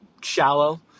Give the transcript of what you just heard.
shallow